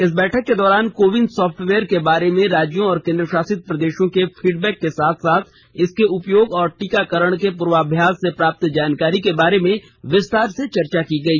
इस बैठक के दौरान कोविन सॉफ्टवेयर के बारे में राज्यों और केंद्र शासित प्रदेशों के फीडबैक के साथ साथ इसके उपयोग और टीकाकरण पूर्वाभ्यास से प्राप्त जानकारी के बारे में विस्तार से चर्चा की हुई